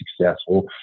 successful